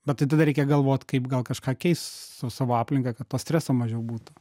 na tai tada reikia galvot kaip gal kažką keis su savo aplinka kad to streso mažiau būtų